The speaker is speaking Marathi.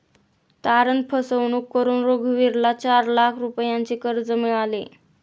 तारण फसवणूक करून रघुवीरला चार लाख रुपयांचे कर्ज मिळाले